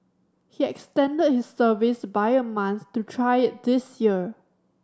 he extended his service by a month to try it this year